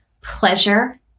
pleasure